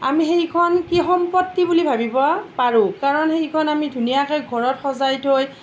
আমি সেইখন কি সম্পত্তি বুলি ভাবিব পাৰোঁ কাৰণ সেইখন আমি ধুনীয়াকে ঘৰত সজাই থৈ